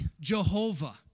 Jehovah